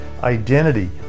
identity